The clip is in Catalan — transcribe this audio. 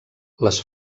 les